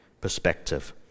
perspective